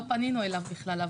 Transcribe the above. לא פנינו אליו בכלל.